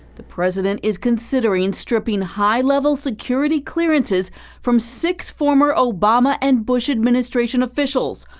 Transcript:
the president is considering stripping high-level security clearances from six former obama and bush administration officials,